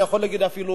אני יכול להגיד אפילו,